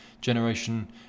generation